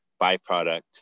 byproduct